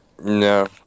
No